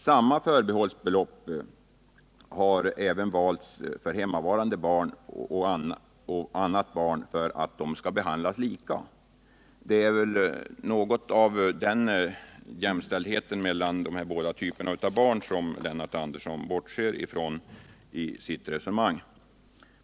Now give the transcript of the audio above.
Samma förbehållsbelopp har även valts för att hemmavarande barn och annat barn skall behandlas lika. Det är väl just jämställdheten mellan de båda typerna av barn som Lennart Andersson tycks bortse från i sitt resone Nr 53 mang.